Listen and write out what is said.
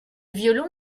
violon